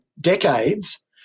decades